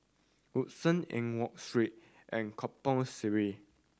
Western Eng Watt Street and Kampong Sireh